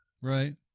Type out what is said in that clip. right